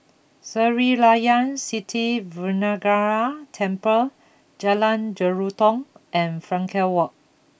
Sri Layan Sithi Vinayagar Temple Jalan Jelutong and Frankel Walk